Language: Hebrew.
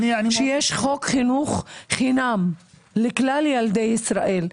שיש חוק חינוך חינם לכלל ילדי ישראל,